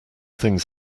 things